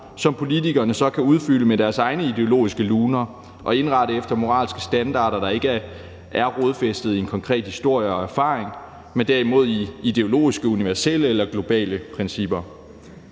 som politikerne så kan udfylde med deres egne ideologiske luner og indrette efter moralske standarder, der ikke er rodfæstet i en konkret historie og erfaring, men derimod i ideologiske, universelle eller globale principper.